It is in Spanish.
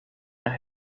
las